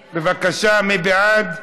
בבקשה,